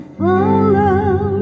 follow